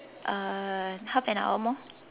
uh half an hour more